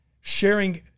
sharing